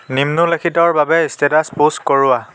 নিম্নলিখিতৰ বাবে status post কৰোৱা